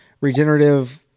regenerative